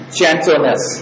gentleness